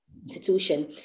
institution